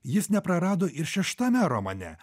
jis neprarado ir šeštame romane